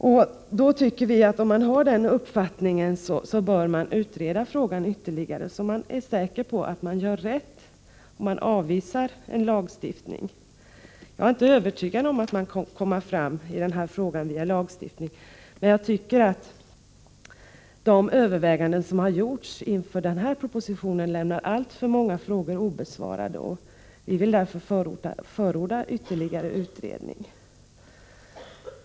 Om departementet har den uppfattningen bör frågan ytterligare utredas, så att man är säker på att man gör rätt innan kravet på en lagstiftning avvisas. Jag är inte övertygad om att det går att komma fram i den här frågan via lagstiftning. Men jag tycker att de överväganden som har gjorts inför utarbetandet av den här propositionen lämnar alltför många frågor obesvarade. Vi vill därför förorda ytterligare utredning.